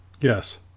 Yes